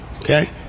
okay